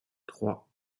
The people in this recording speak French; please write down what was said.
trois